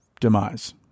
demise